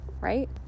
right